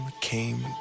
came